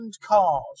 cars